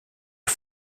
est